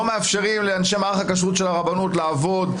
לא מאפשר לאנשים מערך הכשרות של הרבנות לעבוד,